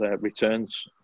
returns